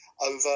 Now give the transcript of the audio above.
over